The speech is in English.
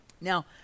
Now